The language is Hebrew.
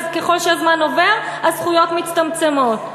ככל שהזמן עובר הזכויות מצטמצמות.